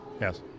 Yes